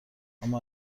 اما